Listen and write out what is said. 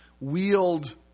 wield